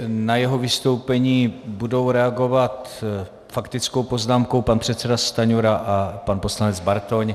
Na jeho vystoupení budou reagovat faktickou poznámkou pan předseda Stanjura a pan poslanec Bartoň.